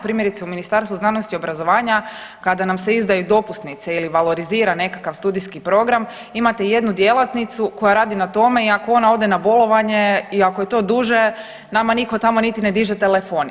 Primjerice u Ministarstvu znanosti i obrazovanja kada nam se izdaju dopusnice ili valorizira nekakav studijski program imate jednu djelatnicu koja radi na tome i ako ona ode na bolovanje i ako je to duže nama niko tamo niti ne diže telefon.